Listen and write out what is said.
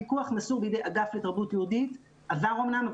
הפיקוח שנעשה בידי אגף לתרבות יהודית עבר אמנם,